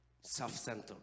self-centered